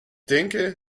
denke